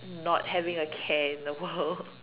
not having a care in the world